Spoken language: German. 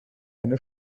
eine